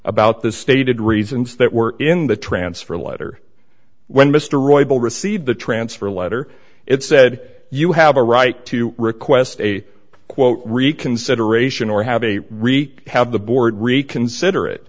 about the stated reasons that were in the transfer letter when mr roybal received the transfer letter it said you have a right to request a quote reconsideration or have a wreak have the board reconsider it